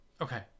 okay